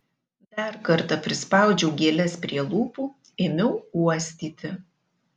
dar kartą prispaudžiau gėles prie lūpų ėmiau uostyti